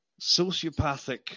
sociopathic